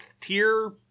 tier